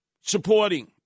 supporting